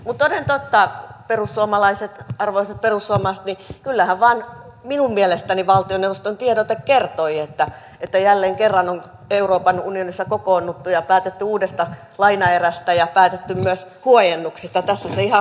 mutta toden totta arvoisat perussuomalaiset kyllähän valtioneuvoston tiedote minun mielestäni vain kertoi että jälleen kerran on euroopan unionissa kokoonnuttu ja päätetty uudesta lainaerästä ja päätetty myös huojennuksista